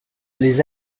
les